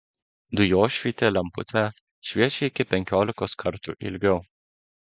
dujošvytė lemputė šviečia iki penkiolikos kartų ilgiau